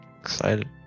excited